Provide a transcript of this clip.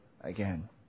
again